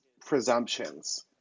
presumptions